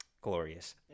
glorious